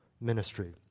ministry